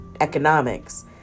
economics